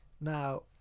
Now